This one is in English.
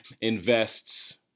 Invests